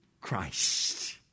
Christ